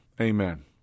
Amen